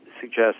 suggest